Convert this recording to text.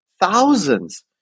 Thousands